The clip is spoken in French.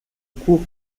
cours